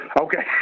Okay